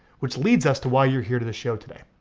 which leads us to why you're here to the show today.